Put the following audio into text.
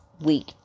week